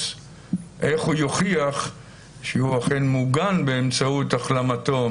איך הוא יוכיח שהוא אכן מוגן באמצעות החלמתו,